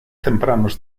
tempranos